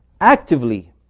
actively